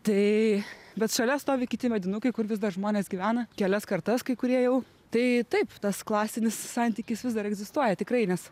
tai bet šalia stovi kiti medinukai kur vis dar žmonės gyvena kelias kartas kai kurie jau tai taip tas klasinis santykis vis dar egzistuoja tikrai nes